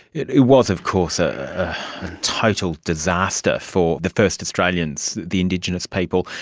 it it was of course a total disaster for the first australians, the indigenous people.